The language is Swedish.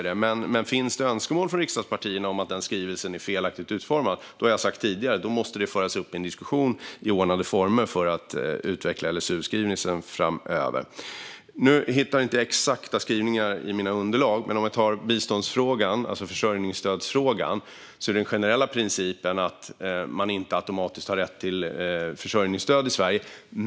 Men om det finns önskemål från riksdagspartierna om att denna LSU-skrivelse är felaktigt utformad har jag tidigare sagt att det måste föras en diskussion i ordnade former om skrivelsen ska utvecklas framöver. Jag hittar inte några exakta skrivningar i mina underlag nu. Men jag kan ta upp biståndsfrågan, alltså försörjningsstödsfrågan. Den generella principen är att man inte automatiskt har rätt till försörjningsstöd i Sverige.